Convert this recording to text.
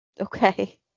Okay